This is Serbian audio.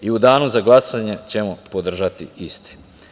U danu za glasanje ćemo podržati isti.